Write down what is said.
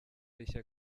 rishya